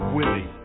Willie